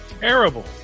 Terrible